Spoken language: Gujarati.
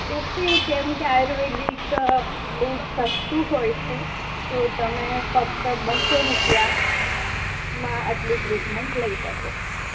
કૉસ્ટિંગ કેમ કે આયુર્વેદિક બહુ જ સસ્તું હોય છે તો તમે ફક્ત બસો રુપિયામાં આટલી ટ્રીટમેન્ટ લઇ શકો છો